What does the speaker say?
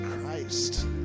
Christ